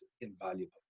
invaluable